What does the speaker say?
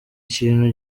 ikintu